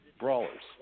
brawlers